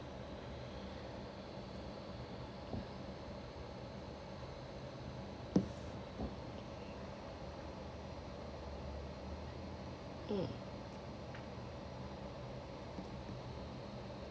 mm